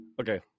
Okay